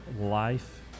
life